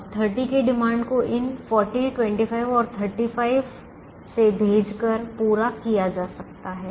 अब 30 की डिमांड को इन 40 25 और 35 से भेजकर पूरा किया जा सकता है